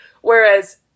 Whereas